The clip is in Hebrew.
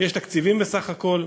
ויש תקציבים בסך הכול,